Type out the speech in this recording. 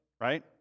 right